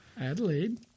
Adelaide